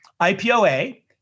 IPOA